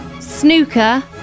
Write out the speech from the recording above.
Snooker